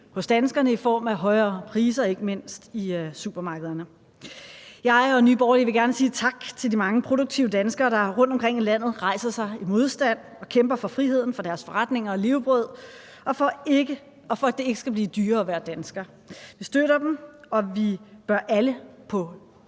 hos danskerne i form af højere priser, ikke mindst i supermarkederne. Jeg og Nye Borgerlige vil gerne sige tak til de mange produktive danskere, der rundtomkring i landet rejser sig i modstand og kæmper for friheden for deres forretninger og levebrød og for, at det ikke skal blive dyrere at være dansker. Vi støtter dem, og vi bør alle stå